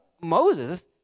Moses